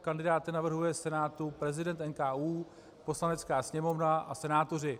Kandidáty navrhuje Senátu prezident NKÚ, Poslanecká sněmovna a senátoři.